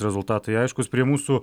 rezultatai aiškūs prie mūsų